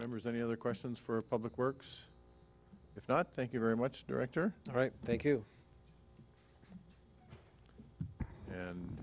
members any other questions for public works if not thank you very much director right thank you and